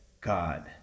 God